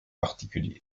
particulier